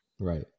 Right